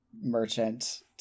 merchant